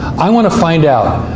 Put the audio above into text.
i want to find out.